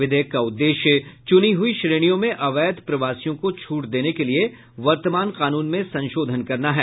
विधेयक का उद्देश्य चुनी हुई श्रेणियों में अवैध प्रवासियों को छूट देने के लिए वर्तमान कानून में संशोधन करना है